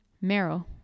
Marrow